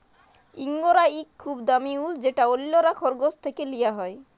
ইঙ্গরা ইক খুব দামি উল যেট অল্যরা খরগোশ থ্যাকে লিয়া হ্যয়